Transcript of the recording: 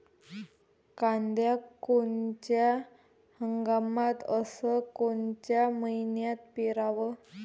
कांद्या कोनच्या हंगामात अस कोनच्या मईन्यात पेरावं?